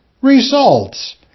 results